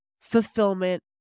fulfillment